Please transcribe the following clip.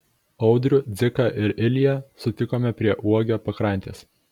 audrių dziką ir ilją sutikome prie uogio pakrantės